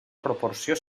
proporció